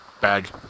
Bag